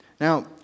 Now